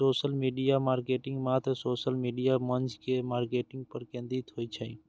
social media marketing मात्र social media मंच के मार्केटिंग पर केंद्रित होइ छै